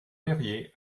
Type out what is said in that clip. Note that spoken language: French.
perrier